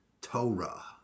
torah